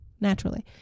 Naturally